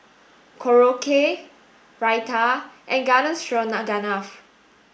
Korokke Raita and Garden Stroganoff